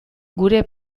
gure